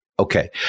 Okay